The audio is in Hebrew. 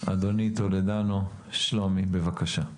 שלומי טולדנו, בבקשה.